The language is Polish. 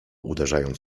uderzając